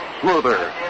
smoother